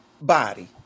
body